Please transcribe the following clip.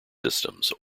systems